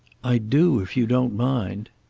i do, if you don't mind.